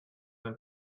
than